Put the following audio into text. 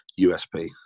USP